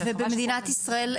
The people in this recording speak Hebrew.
במדינת ישראל,